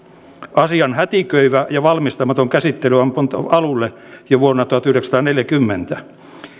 asian hätiköivä ja valmistamaton käsittely on pantu alulle jo vuonna tuhatyhdeksänsataaneljäkymmentä